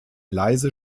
leise